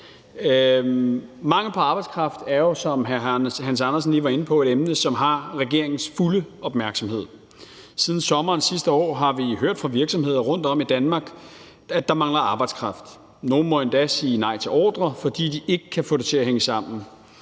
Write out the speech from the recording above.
Mangel på arbejdskraft er jo, som hr. Hans Andersen lige var inde på, et emne, som har regeringens fulde opmærksomhed. Siden sommeren sidste år har vi hørt fra virksomheder rundtom i Danmark, at der mangler arbejdskraft; nogle må endda sige nej til ordrer, fordi de ikke kan få det til at hænge sammen.